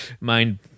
mind